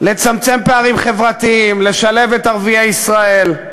לצמצם פערים חברתיים, לשלב את ערביי ישראל,